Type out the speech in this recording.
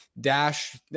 Dash